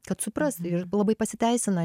kad suprast ir labai pasiteisina